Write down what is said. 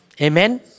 Amen